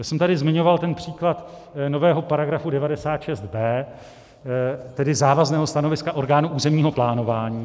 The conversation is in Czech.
Já jsem tady zmiňoval ten příklad nového § 96b, tedy závazného stanoviska orgánu územního plánování.